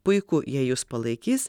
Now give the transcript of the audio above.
puiku jei jus palaikys